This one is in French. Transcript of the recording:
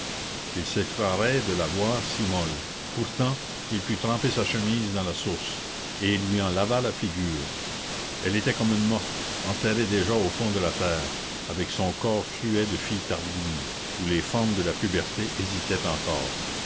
il s'effarait de la voir si molle pourtant il put tremper sa chemise dans la source et il lui en lava la figure elle était comme une morte enterrée déjà au fond de la terre avec son corps fluet de fille tardive où les formes de la puberté hésitaient encore